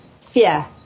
fear